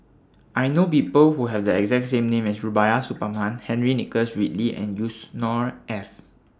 I know People Who Have The exact name as Rubiah Suparman Henry Nicholas Ridley and Yusnor Ef